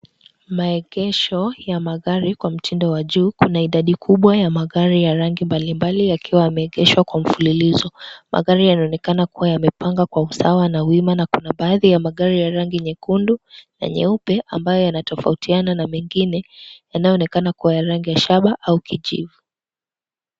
Maegesho ya magari kwa mtindo wa juu. Kuna idadi kubwa ya magari mbali mbali yakiwa yameegeshwa kwa mfululizo. Magari yanaonekana kuwa yamepangwa kwa usawa, wima na kuna baadhi ya magari ya rangi nyekundu na nyeupe ambayo yanatofautiana na mengine yanayoonekana kuwa rangi ya shaba au kijivu.